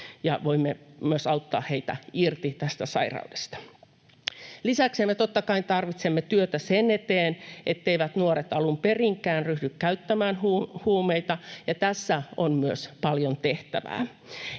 ja voimme myös auttaa heitä irti tästä sairaudesta. Lisäksi, totta kai, tarvitaan työtä sen eteen, etteivät nuoret alun perinkään ryhdy käyttämään huumeita, ja myös tässä on paljon tehtävää.